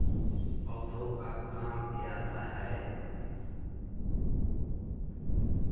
पौधे का काम आता है?